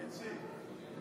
איציק.